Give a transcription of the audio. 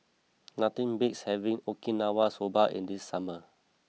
nothing beats having Okinawa Soba in these summer